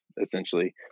essentially